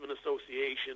association